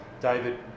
david